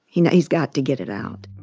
you know, he's got to get it out